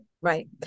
Right